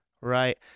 Right